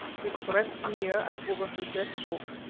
we crept near and overheard their talk.